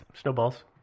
Snowballs